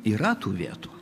yra tų vietų